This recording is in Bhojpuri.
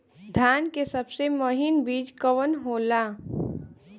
धान के सबसे महीन बिज कवन होला?